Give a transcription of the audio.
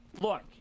Look